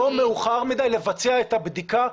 לא מאוחר מדי לבצע את הבדיקה.